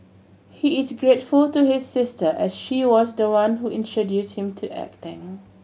he is grateful to his sister as she was the one who introduced him to acting